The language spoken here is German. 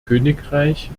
königreich